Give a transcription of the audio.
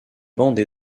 bande